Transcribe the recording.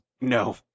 No